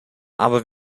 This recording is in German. aber